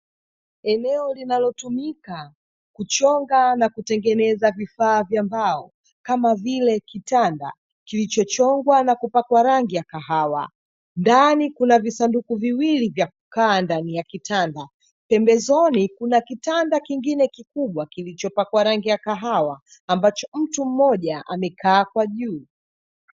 Eneo linalotumika kuchonga na kutengeneza vifaa vya mbao, kama vile kitanda kilichochongwa na kupakwa rangi ya kahawa. Ndani kuna visanduku viwili vya kukaa ndani ya kitanda, pembezoni kuna kitanda kingine kikubwa kilichopakwa rangi ya kahawa, ambacho mtu mmoja amekaa kwa juu.